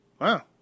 wow